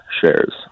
shares